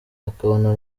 ukabona